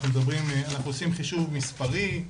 אנחנו עושים חישוב מספרי,